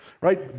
right